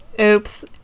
Oops